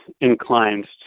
inclined